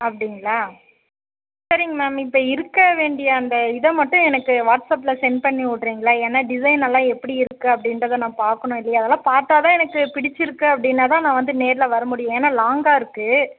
அப்படிங்ளா சரிங் மேம் இப்போ இருக்க வேண்டிய அந்த இதை மட்டும் எனக்கு வாட்ஸ்அப்பில் சென்ட் பண்ணி விட்றிங்ளா ஏன்னா டிசைன்னல்லாம் எப்படி இருக்கு அப்படின்றத நான் பார்க்கணும் இல்லையா அதெல்லாம் பார்த்தா தான் எனக்கு பிடிச்சிருக்கு அப்படின்னா தான் நான் வந்து நேரில் வர முடியும் ஏன்னா லாங்காக இருக்கு